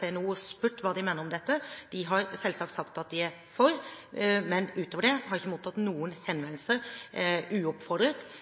til NHO og spurt hva de mener om dette. De har selvsagt sagt at de er for. Men utover det har jeg ikke mottatt noen henvendelser uoppfordret rundt dette programmet. Vår vurdering nå er